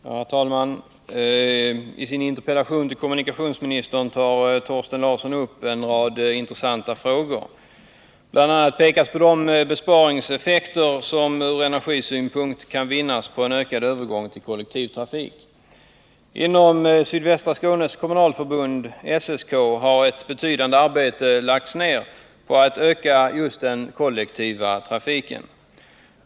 Herr talman! I sin interpellation till kommunikationsministern tar Thorsten Larsson upp en rad intressanta frågor. Bl.a. pekas på de besparingseffekter som från energisynpunkt kan vinnas på en ökad övergång till kollektivtrafik. Inom Sydvästra Skånes kommunalförbund, SSK, har ett betydande arbete lagts ner på att öka just den kollektiva trafiken.